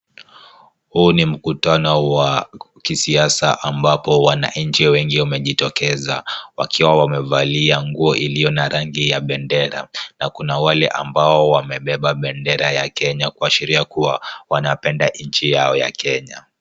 Huu ni mkutano wa kisiasa ambapo wananchi wengi wamejitokeza, wakiwa wamevalia nguo iliyo na rangi ya bendera na kuna wale ambao wamebeba bendera ya Kenya kuashiria kuwa wanapenda nchi yao ya Kenya.